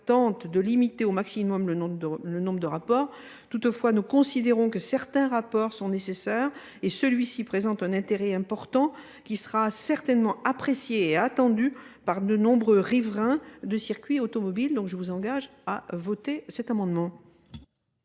tente de limiter au maximum le nombre de rapports. Toutefois, nous considérons que certains rapports sont nécessaires et celui-ci présente un intérêt important qui sera certainement apprécié et attendu par de nombreux riverains de circuits automobiles. Donc je vous engage à voter cet amendement.